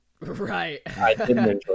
right